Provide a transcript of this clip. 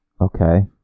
Okay